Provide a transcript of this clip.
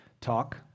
talk